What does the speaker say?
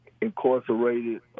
incarcerated